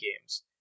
games